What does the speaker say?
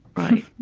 right.